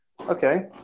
Okay